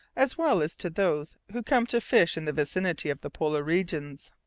as well as to those who come to fish in the vicinity of the polar regions.